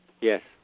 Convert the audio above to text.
Yes